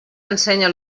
ensenya